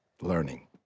learning